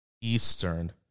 Eastern